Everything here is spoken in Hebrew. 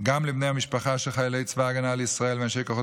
גם לבני המשפחה של חיילי צבא הגנה לישראל ואנשי כוחות